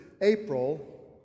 April